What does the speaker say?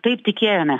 taip tikėjome